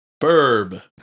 Verb